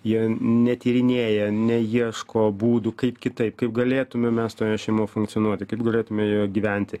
jie netyrinėja neieško būdų kaip kitaip kaip galėtume mes toje šeimoje funkcionuoti kaip galėtume joje gyventi